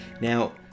now